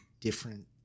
different